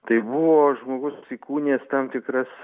tai buvo žmogus įkūnijęs tam tikras